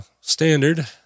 standard